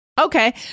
Okay